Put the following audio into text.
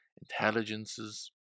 intelligences